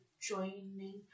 joining